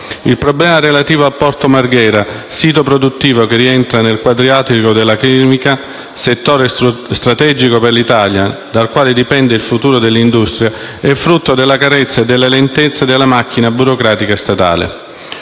Il problema relativo a Porto Marghera, sito produttivo che rientra nel Quadrilatero della chimica, settore strategico per l'Italia e dal quale dipende il futuro dell'industria, è frutto delle carenze e delle lentezze della macchina burocratica statale.